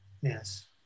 yes